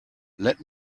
let